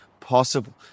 possible